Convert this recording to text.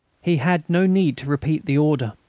he had no need to repeat the order.